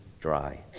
dry